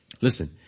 Listen